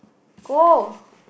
go